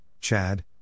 Chad